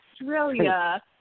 Australia